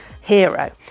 hero